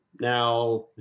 Now